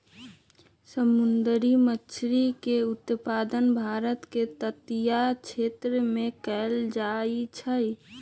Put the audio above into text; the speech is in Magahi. समुंदरी मछरी के उत्पादन भारत के तटीय क्षेत्रमें कएल जाइ छइ